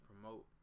promote